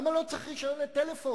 למה לא צריך רשיון לטלפון?